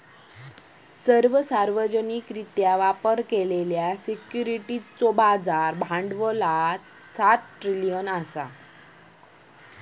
सर्व सार्वजनिकरित्या व्यापार केलेल्या सिक्युरिटीजचा बाजार भांडवल सात ट्रिलियन असा